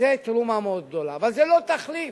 זה תרומה מאוד גדולה, אבל זה לא תחליף